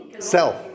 Self